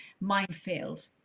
minefield